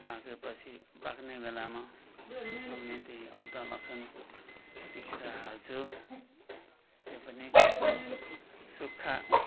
पाकेपछि पाक्ने बेलामा त्यसमा पनि त्यही हो अदुवा लसुन पिसेर हाल्छु त्यो पनि सुक्खा